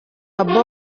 gbagbo